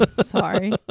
Sorry